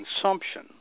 consumption